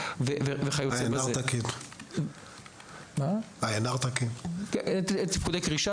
אגב, זה נכון גם לגבי האחיות